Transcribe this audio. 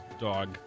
dog